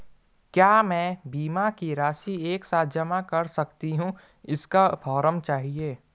क्या मैं बीमा की राशि एक साथ जमा कर सकती हूँ इसका फॉर्म चाहिए?